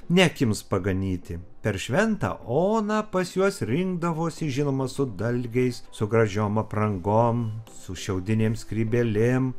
ne akims paganyti per šventą oną pas juos rinkdavosi žinoma su dalgiais su gražiom aprangom su šiaudinėm skrybėlėm